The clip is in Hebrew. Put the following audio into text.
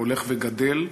הולך וגדל,